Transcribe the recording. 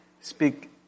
speak